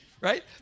right